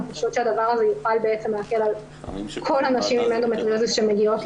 אני חושבת שהדבר הזה יוכל להקל על כל הנשים עם אנדומטריוזיס שמגיעות